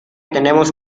tenemos